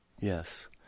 Yes